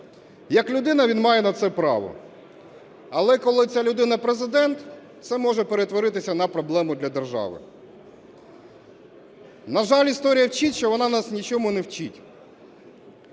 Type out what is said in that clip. Як людина він має на це право, але коли ця людина Президент, це може перетворитися на проблему для держави. На жаль, історія вчить, що вона нас нічому не вчить.